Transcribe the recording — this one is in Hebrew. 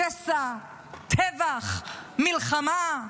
שסע, טבח, מלחמה,